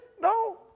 no